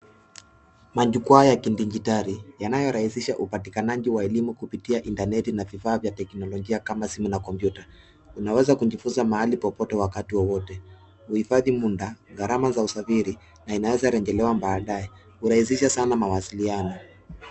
Majukwaa ya kidijitali yanayo rahisisha upatinikaji wa elimu kupitia intaneti na vifaa vya teknolojia kama simu na kompyuta, unaweza kujifunza mahali popote wakati wowote. Huhifadhi muda, gharama za usafiri na inaweza rejelewa baadaye kurahisisha sana mawasiliano.